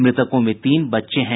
मृतकों में तीन बच्चे हैं